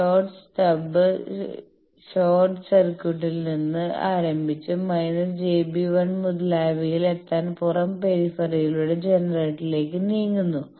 short stub short സർക്യൂട്ടിൽ നിന്ന് ആരംഭിച്ച് − j B 1 മുതലായവയിൽ എത്താൻ പുറം പെരിഫെറിയിലൂടെ ജനറേറ്ററിലേക്ക് നീങ്ങുന്നു